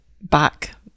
back